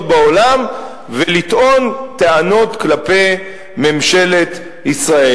בעולם ולטעון טענות כלפי ממשלת ישראל.